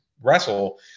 wrestle